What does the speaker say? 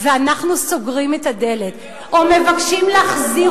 ואנחנו סוגרים את הדלת או מבקשים להחזיר